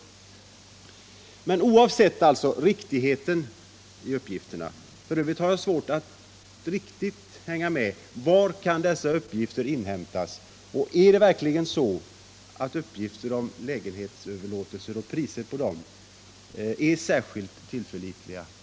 F. ö. har jag svårt att helt och fullt hänga med i resonemanget och undrar var dessa uppgifter kan inhämtas. Och är det verkligen så att uppgifterna om överlåtelser av lägenheter och priserna på dem är särskilt tillförlitliga?